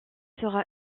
sera